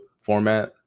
format